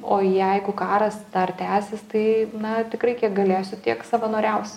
o jeigu karas dar tęsis tai na tikrai galėsiu tiek savanoriausiu